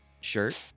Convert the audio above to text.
shirt